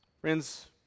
Friends